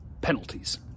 Penalties